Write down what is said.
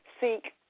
seek